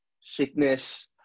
sickness